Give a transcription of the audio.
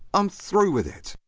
i'm through with it!